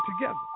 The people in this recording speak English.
together